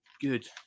good